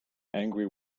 angry